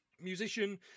musician